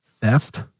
theft